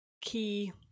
key